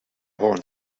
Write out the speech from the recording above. horn